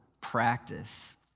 practice